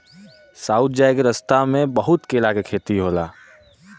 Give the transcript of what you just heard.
south जाए क रस्ता में बहुत केला क खेती होला